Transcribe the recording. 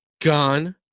Gone